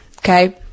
okay